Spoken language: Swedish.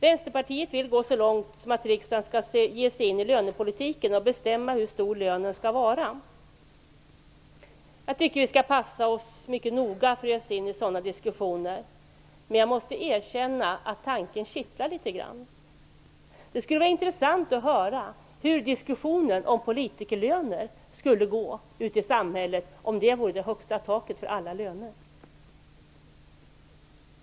Vänsterpartiet vill gå så långt som att riksdagen skall ge sig in i lönepolitiken och bestämma hur stor lönen skall vara. Jag tycker att vi skall passa oss mycket noga för att ge oss in i sådana diskussioner, men jag måste erkänna att tanken kittlar litet grand. Det skulle vara intressant att höra hur diskussionen om politikerlöner skulle låta ute i samhället om dessa skulle utgöra det högsta taket för alla löner.